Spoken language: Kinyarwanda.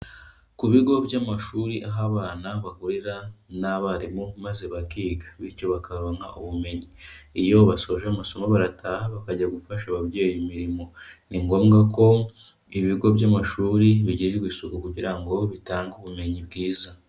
Ku bigo by'amashuri aho abana bahurira n'abarimu maze bakiga, bityo bakaronka ubumenyi. Iyo basoje amasomo barataha bakajya gufasha ababyeyi imirimo. Ni ngombwa ko ibigo by'amashuri bigirirwa isuku kugira ngo bitange ubumenyi bwiza.